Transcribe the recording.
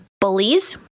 bullies